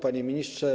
Panie Ministrze!